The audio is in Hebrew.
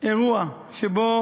אירוע שבו